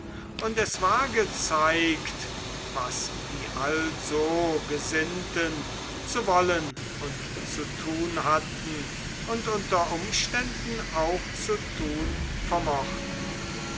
und es war gezeigt was die also gesinnten zu wollen und zu tun hatten und unter umständen auch zu tun vermochten